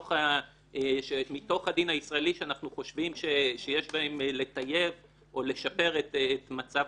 מתוך הדין הישראלי שאנחנו חושבים שיש בהן לטייב או לשפר את מצב